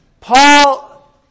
Paul